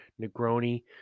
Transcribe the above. Negroni